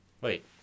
Wait